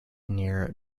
near